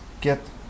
get